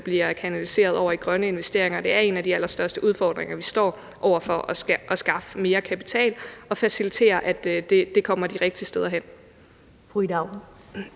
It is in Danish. bliver kanaliseret over i grønne investeringer, og en af de allerstørste udfordringer, vi står over for, er at skaffe mere kapital og facilitere, at det kommer de rigtige steder hen.